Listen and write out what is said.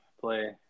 play